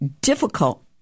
difficult